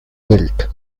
built